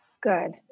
Good